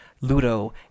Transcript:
Ludo